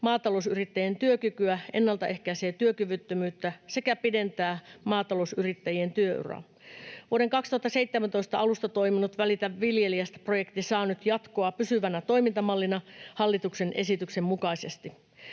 maatalousyrittäjien työkykyä, ennaltaehkäisee työkyvyttömyyttä sekä pidentää maatalousyrittäjien työuraa. Vuoden 2017 alusta toiminut Välitä viljelijästä ‑projekti saa nyt jatkoa pysyvänä toimintamallina hallituksen esityksen mukaisesti.